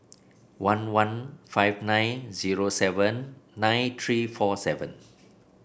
one one five nine zero seven nine three four seven